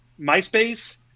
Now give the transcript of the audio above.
Myspace